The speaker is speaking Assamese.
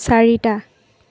চাৰিটা